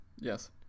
Yes